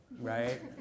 right